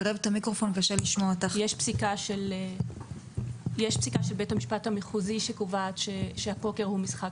של בית המשפט המחוזי שקובעת שהפוקר הוא משחק